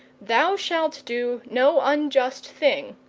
thou shalt do no unjust thing,